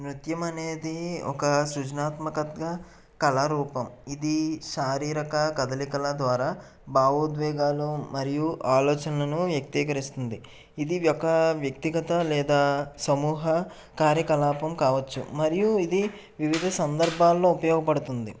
నృత్యం అనేది ఒక సృజనాత్మకత కలరూపం ఇది శారీరక కదలికల ద్వారా భావోద్వేగాలు మరియు ఆలోచనలను వ్యక్తీకరిస్తుంది ఇది ఒక వ్యక్తిగత లేదా సమూహ కార్యకలాపం కావొచ్చు మరియు ఇది వివిధ సందర్భాల్లో ఉపయోగపడుతుంది